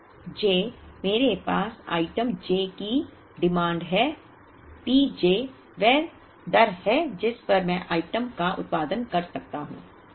D j मेरे पास item j की मांग है P j वह दर है जिस पर मैं आइटम का उत्पादन कर सकता हूं